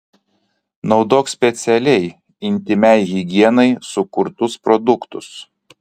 naudok specialiai intymiai higienai sukurtus produktus